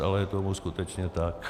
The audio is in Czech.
Ale je tomu skutečně tak.